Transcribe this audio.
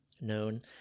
known